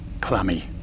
clammy